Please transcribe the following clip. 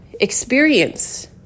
experience